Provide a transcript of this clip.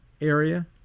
area